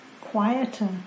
quieter